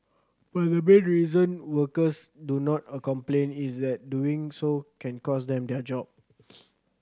but the main reason workers do not complain is that doing so can cost them their job